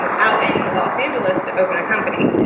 and out in los angeles to open a company.